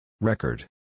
Record